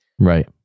Right